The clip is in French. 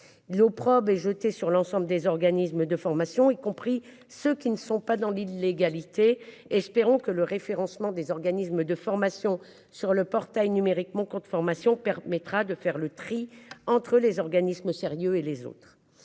L'eau probe est jetée sur l'ensemble des organismes de formation y compris ceux qui ne sont pas dans l'illégalité. Espérons que le référencement des organismes de formation sur le portail numérique mon compte formation permettra de faire le tri entre les organismes sérieux et les autres.